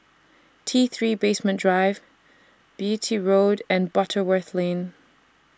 T three Basement Drive Beatty Road and Butterworth Lane